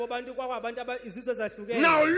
now